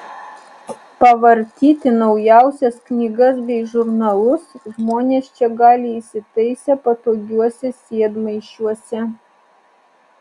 pavartyti naujausias knygas bei žurnalus žmonės čia gali įsitaisę patogiuose sėdmaišiuose